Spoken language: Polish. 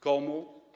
Komu?